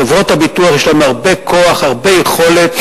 חברות הביטוח, יש להן הרבה כוח, הרבה יכולת,